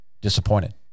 disappointed